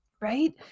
Right